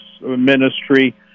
ministry